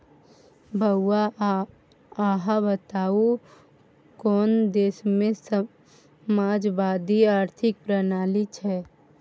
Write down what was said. बौआ अहाँ बताउ कोन देशमे समाजवादी आर्थिक प्रणाली छै?